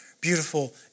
beautiful